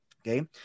Okay